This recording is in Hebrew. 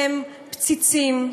הם פציצים.